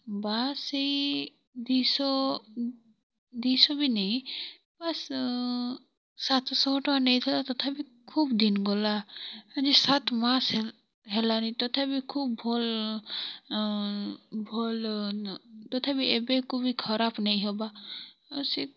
ବା ସେଇ ଦୁଇଶ ଦୁଇଶ ବି ନେଇ ବାସ୍ ସାତ୍ ଶହ ଟଙ୍କା ନେଇଥିଲା ତଥାପି ଖୁବ୍ ଦିନ୍ ଗଲା ଆଜି ସାତ୍ ମାସ୍ ହେଲାଣି ତଥାପି ଖୁବ୍ ଭଲ୍ ଭଲ୍ ତଥାପି ଏବେକୁ ବି ଖରାପ୍ ନେଇଁ ହବା ସେ